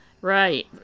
Right